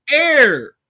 air